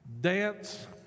dance